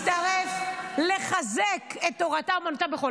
להצטרף, לחזק את תורתם אומנתם וכו'.